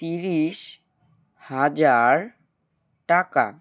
তিরিশ হাজার টাকা